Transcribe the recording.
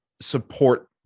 support